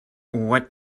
what